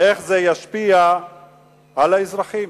איך זה ישפיע על האזרחים,